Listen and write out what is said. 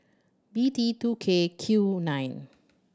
B T two K Q nine